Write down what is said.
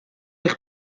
eich